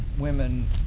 women